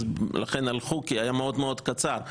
לכן הלכו כי היה מאוד קצר.